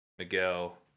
miguel